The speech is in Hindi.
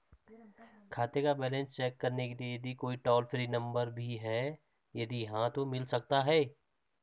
खाते का बैलेंस चेक करने के लिए कोई टॉल फ्री नम्बर भी है यदि हाँ तो मिल सकता है?